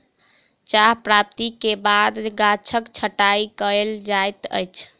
चाह प्राप्ति के बाद गाछक छंटाई कयल जाइत अछि